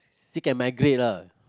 still can migrate ah